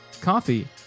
coffee